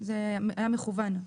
זה היה מכוון.